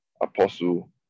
Apostle